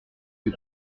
que